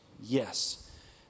Yes